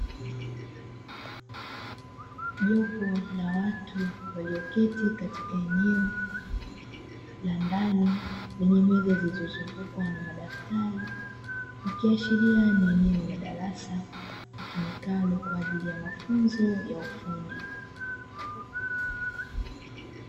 Jopo la watu walio keti katika eneo la ndani lenye meza zilizo zungukwa na madaftari ikiashiria ni eneo la darasa litumikalo kwa ajili ya mafunzo ya ufundi.